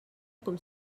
com